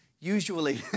usually